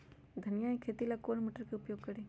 धनिया के खेती ला कौन मोटर उपयोग करी?